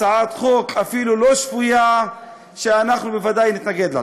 הצעת חוק אפילו לא שפויה, ואנחנו בוודאי נתנגד לה.